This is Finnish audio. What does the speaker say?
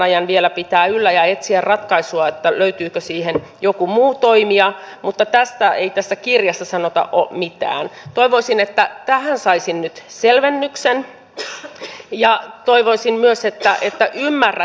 se oli mielestäni tärkeä ja etsiä ratkaisua että löytyykö siihen yhdyn niihin kiitoksiin mitä edustaja hoskonen tässä esitteli että puolustusvoimat todella sai sen tehtyä ja sai kaivettua nämä säästöt